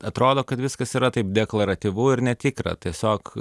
atrodo kad viskas yra taip deklaratyvu ir netikra tiesiog